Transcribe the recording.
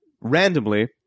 randomly